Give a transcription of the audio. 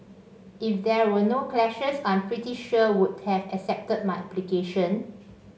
if there were no clashes I'm pretty sure would have accepted my application